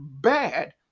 bad